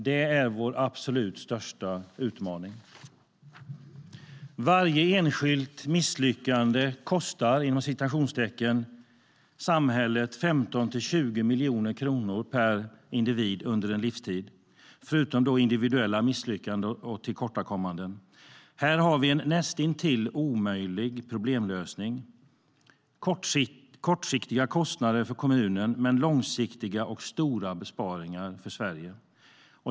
Det är vår absolut största utmaning. Varje enskilt misslyckande "kostar" samhället 15-20 miljoner kronor per individ under en livstid, förutom individuella misslyckanden och tillkortakommanden. Här har vi en näst intill omöjlig problemlösning. Det handlar om kortsiktiga kostnader för kommunen men långsiktiga och stora besparingar för Sverige.